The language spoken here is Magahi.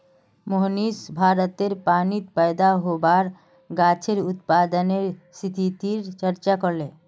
मोहनीश भारतेर पानीत पैदा होबार गाछेर उत्पादनेर स्थितिर चर्चा करले